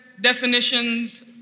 definitions